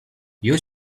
you